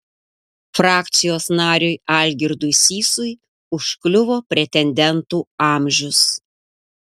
frakcijos nariui algirdui sysui užkliuvo pretendentų amžius